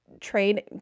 trade